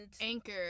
Anchor